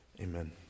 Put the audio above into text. amen